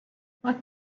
what